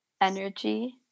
energy